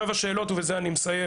עכשיו אתייחס לשאלות ובזה אסיים.